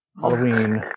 Halloween